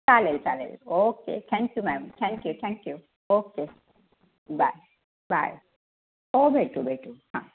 चालेल चालेल okay thank you ma'am thank you thank you okay bye bye हो भेटू भेटू हां